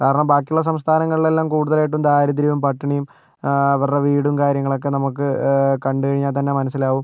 കാരണം ബാക്കിയുള്ള സംസ്ഥാനങ്ങളിലെല്ലാം കൂടുതലായിട്ടും ദാരിദ്ര്യവും പട്ടിണിയും അവരുടെ വീടും കാര്യങ്ങളൊക്കെ നമുക്ക് കണ്ട് കഴിഞ്ഞാൽ തന്നെ മനസ്സിലാകും